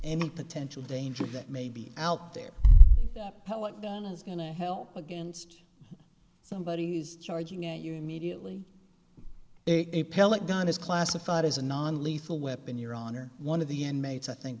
any potential danger that may be out there is going to help against somebody who's charging at you mediately a pellet gun is classified as a non lethal weapon your honor one of the end mates i think